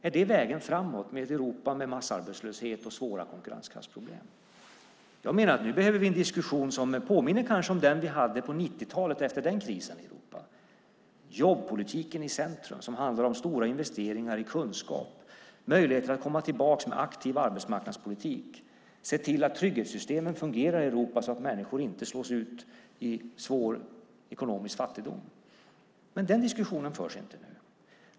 Är det vägen framåt, med ett Europa med massarbetslöshet och svåra konkurrenskraftsproblem? Jag menar att vi nu behöver en diskussion som kanske påminner om den vi hade på 90-talet, efter den krisen i Europa. Jobbpolitiken ska vara i centrum. Det handlar om stora investeringar i kunskap, möjligheter att komma tillbaka med aktiv arbetsmarknadspolitik och om att se till att trygghetssystemen fungerar i Europa så att människor inte slås ut i svår ekonomisk fattigdom. Men den diskussionen förs inte nu.